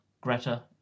Greta